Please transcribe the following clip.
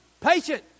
Patient